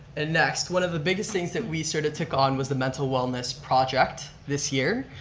and next, one of the biggest things that we sort of took on was the mental wellness project this year.